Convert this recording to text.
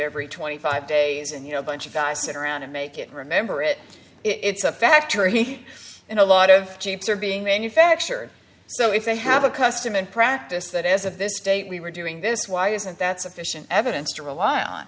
every twenty five days and you know a bunch of guys sit around and make it remember it it's a factory heat and a lot of chips are being manufactured so if they have a custom and practice that as if this state we were doing this why isn't that sufficient evidence to rely on